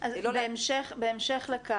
לא להצית --- אז בהמשך לכך,